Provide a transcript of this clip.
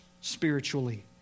spiritually